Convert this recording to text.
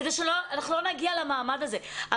כדי שלא נגיע למעמד הזה.